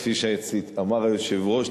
כפי שאמר היושב-ראש,